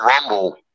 Rumble